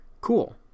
Cool